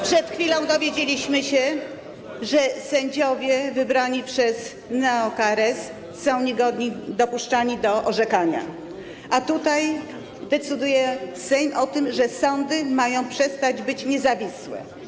Przed chwilą dowiedzieliśmy się, że sędziowie wybrani przez neo-KRS są niegodni dopuszczenia do orzekania, a tutaj Sejm decyduje o tym, że sądy mają przestać być niezawisłe.